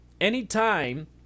Anytime